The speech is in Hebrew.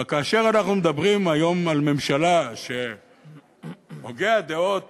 אבל כאשר אנחנו מדברים היום על ממשלה שהוגה הדעות